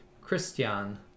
Christian